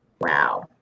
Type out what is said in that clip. Wow